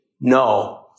No